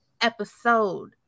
episode